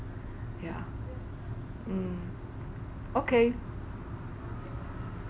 yeah mm okay